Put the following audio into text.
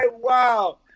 wow